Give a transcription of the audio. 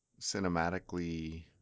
cinematically